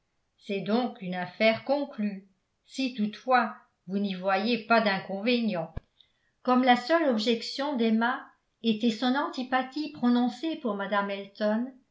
c'est donc une affaire conclue si toutefois vous n'y voyez pas d'inconvénient comme la seule objection d'emma était son antipathie prononcée pour mme elton